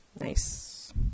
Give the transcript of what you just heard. Nice